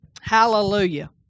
Hallelujah